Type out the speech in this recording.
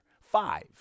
five